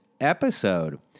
episode